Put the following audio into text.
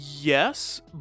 Yes